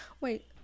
Wait